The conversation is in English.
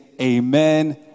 amen